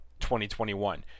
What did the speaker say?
2021